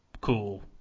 cool